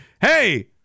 Hey